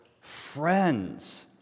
friends